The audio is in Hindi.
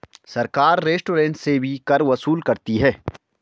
सरकार रेस्टोरेंट से भी कर वसूलती है